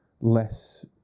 less